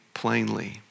plainly